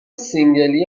سینگلی